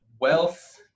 wealth